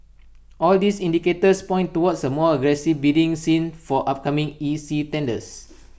all these indicators point towards A more aggressive bidding scene for upcoming E C tenders